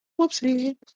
Whoopsie